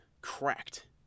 cracked